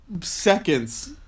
seconds